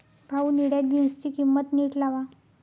भाऊ, निळ्या जीन्सची किंमत नीट लावा